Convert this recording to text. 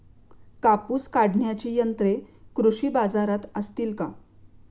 कापूस काढण्याची यंत्रे कृषी बाजारात असतील का?